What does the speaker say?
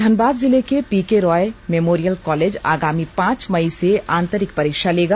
धनबाद जिले के PK Roy memorial college आगामी पांच मई से आंतरिक परीक्षा लेगा